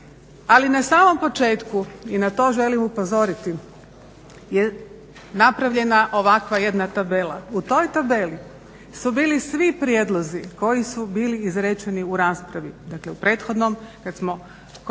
ali na samom početku i na to želim upozoriti je napravljena ovakva jedna tabela. U toj tabeli su bili svi prijedlozi koji su bili izrečeni u raspravi, dakle u prethodnom kad smo